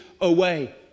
away